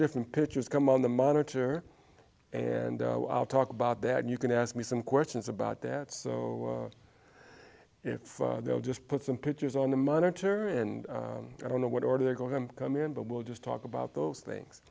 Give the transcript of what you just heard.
different pitches come on the monitor and i'll talk about that and you can ask me some questions about that so if they'll just put some pictures on the monitor and i don't know what order they're going to come in but we'll just talk about those things